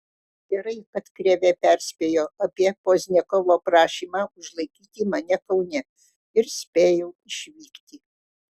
gerai kad krėvė perspėjo apie pozniakovo prašymą užlaikyti mane kaune ir spėjau išvykti